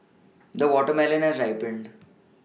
the watermelon has ripened